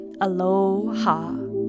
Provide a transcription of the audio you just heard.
Aloha